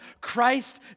Christ